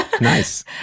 Nice